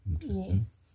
Yes